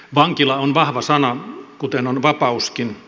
vankila on vahva sana kuten on vapauskin